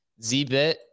zbit